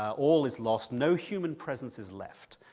all is lost, no human presence is left.